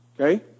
Okay